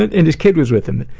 and his kid was with him.